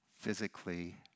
physically